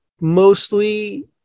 mostly